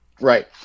Right